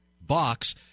box